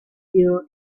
bill